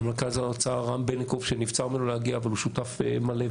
מנכ"ל האוצר רם בלינקוב שנבצר ממנו להגיע אבל הוא שותף מלא,